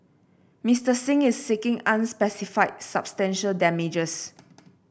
Mister Singh is seeking unspecified substantial damages